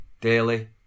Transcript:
daily